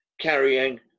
carrying